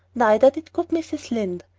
neither did good mrs. lynde.